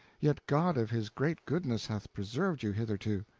yet god of his great goodness hath preserved you hitherto.